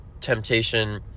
temptation